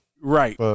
Right